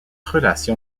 relation